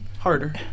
Harder